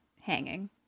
hanging